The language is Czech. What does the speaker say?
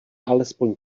alespoň